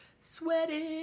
sweating